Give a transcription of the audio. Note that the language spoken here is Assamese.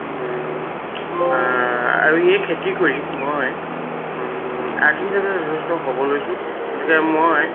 আৰু এই খেতি কৰি মই আৰ্থিক হিচাপে যথেষ্ট সবল হৈছোঁ গতিকে মই